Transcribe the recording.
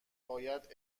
باید